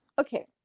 Okay